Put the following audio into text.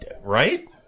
Right